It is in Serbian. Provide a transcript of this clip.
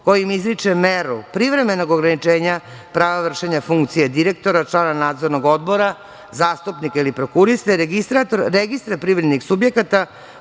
kojom izriče meru privremenog ograničenja prava vršenja funkcije direktora, člana Nadzornog odbora, zastupnika ili prokuriste, registra privrednih subjekata